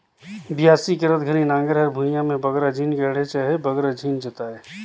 बियासी करत घनी नांगर हर भुईया मे बगरा झिन गड़े चहे बगरा झिन जोताए